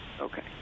Okay